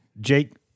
Jake